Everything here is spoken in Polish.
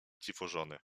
dziwożony